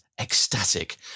ecstatic